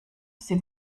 sie